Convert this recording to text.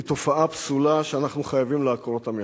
תופעה פסולה שאנחנו חייבים לעקור אותה מהשורש,